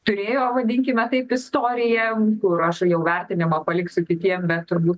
turėjo vadinkime taip istoriją kur aš jau vertinimą paliksiu kitiem bet turbūt